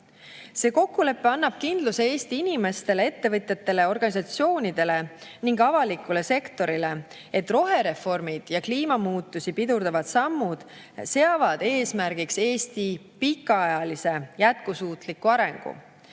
See kokkulepe annab kindluse Eesti inimestele, ettevõtjatele, organisatsioonidele ning avalikule sektorile, et rohereformid ja kliimamuutusi pidurdavad sammud seavad eesmärgiks Eesti pikaajalise jätkusuutliku arengu